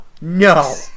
No